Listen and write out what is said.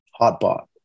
Hotbot